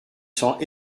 sang